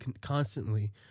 constantly